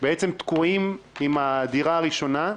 בעצם תקועים עם הדירה הראשונה,